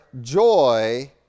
joy